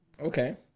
Okay